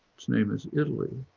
it's name is italy,